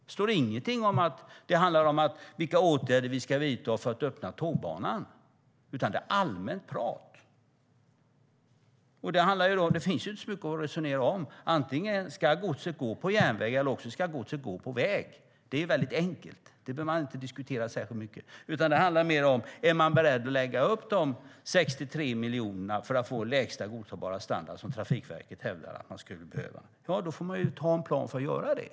Det står ingenting om vilka åtgärder som ska vidtas för att öppna tågbanan. Det finns inte så mycket att resonera om. Godset ska gå antingen på järnväg eller på väg. Det är väldigt enkelt, och det behöver man inte diskutera särskilt mycket. Det handlar mer om ifall man är beredd att lägga till de 63 miljoner som Trafikverket hävdar att de behöver för att få lägsta godtagbara standard. Då får man lägga upp en plan för att göra det.